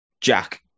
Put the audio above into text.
Jack